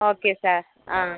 okay sir ആ